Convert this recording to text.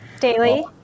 Daily